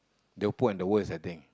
the poor and the worst I think